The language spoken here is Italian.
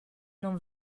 non